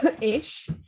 Ish